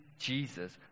Jesus